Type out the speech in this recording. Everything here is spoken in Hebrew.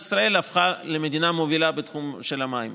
ישראל הפכה למדינה מובילה בתחום של המים,